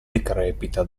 decrepita